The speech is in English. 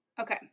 Okay